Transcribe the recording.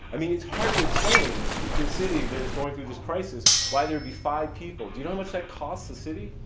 i mean, it's hard to explain to a city that is going through this crisis why there'd be five people, do you know how much that costs the city?